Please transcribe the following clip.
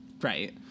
Right